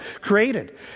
created